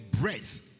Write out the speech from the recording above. breath